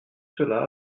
cela